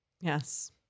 Yes